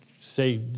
say